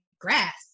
grass